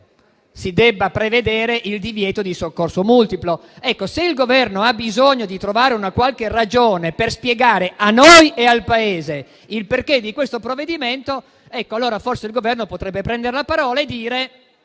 si debba prevedere il divieto di soccorso multiplo. Ecco, se il Governo ha bisogno di trovare una qualche ragione per spiegare, a noi e al Paese, il perché di questo provvedimento, forse potrebbe prendere la parola e dire